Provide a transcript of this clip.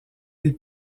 des